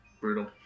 Brutal